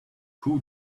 who